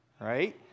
right